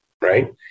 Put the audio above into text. Right